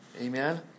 Amen